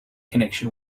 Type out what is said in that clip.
connection